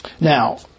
now